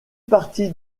partie